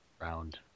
Round